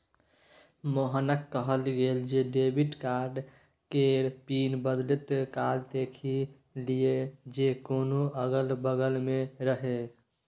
मोहनकेँ कहल गेल जे डेबिट कार्ड केर पिन बदलैत काल देखि लिअ जे कियो अगल बगल नै रहय